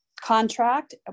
contract